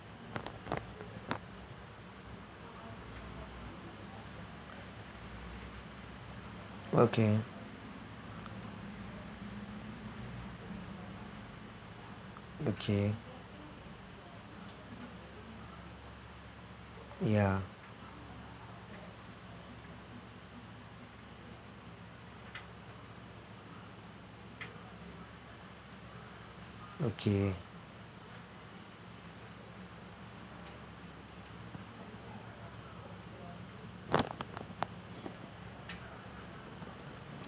okay okay ya okay